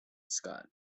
scott